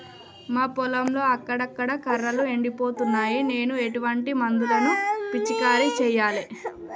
మా పొలంలో అక్కడక్కడ కర్రలు ఎండిపోతున్నాయి నేను ఎటువంటి మందులను పిచికారీ చెయ్యాలే?